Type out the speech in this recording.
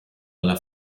alla